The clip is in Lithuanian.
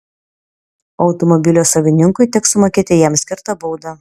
automobilio savininkui teks sumokėti jam skirtą baudą